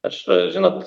aš žinot